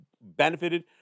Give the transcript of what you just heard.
benefited